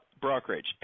brokerage